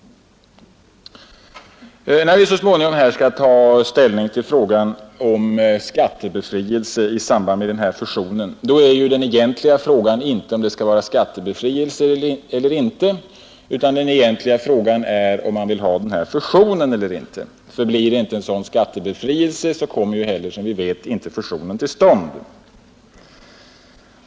När vi så småningom skall ta ställning till frågan om viss skattebefrielse i samband med den här fusionen är den egentliga frågan inte om det skall vara skattebefrielse eller ej. Den egentliga frågan är om man vill ha den här fusionen eller inte. Blir det inte en skattebefrielse så kommer, som vi vet, inte heller fusionen till stånd.